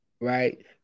Right